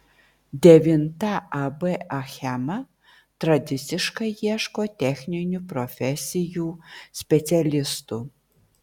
devinta ab achema tradiciškai ieško techninių profesijų specialistų